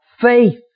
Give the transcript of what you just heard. faith